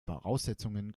voraussetzungen